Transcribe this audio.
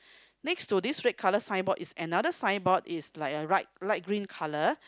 next to this red colour signboard is another signboard is like a right light green colour